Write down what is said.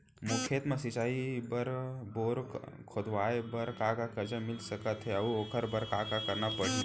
मोर खेत म सिंचाई बर बोर खोदवाये बर का का करजा मिलिस सकत हे अऊ ओखर बर का का करना परही?